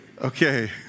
Okay